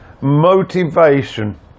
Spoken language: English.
motivation